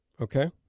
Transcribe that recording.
okay